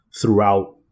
throughout